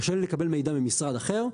קשה לי לקבל מידע ממשרד אחר.